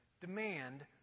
Demand